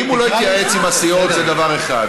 אם הוא לא התייעץ עם הסיעות זה דבר אחד,